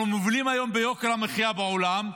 אנחנו מובילים היום ביוקר המחיה בעולם,